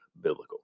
biblical